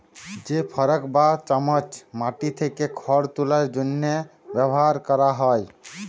যে ফরক বা চামচ মাটি থ্যাকে খড় তুলার জ্যনহে ব্যাভার ক্যরা হয়